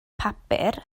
papur